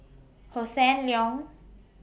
Hossan Leong